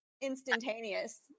Instantaneous